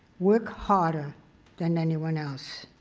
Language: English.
work harder than anyone else.